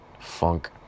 funk